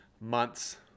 months